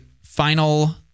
final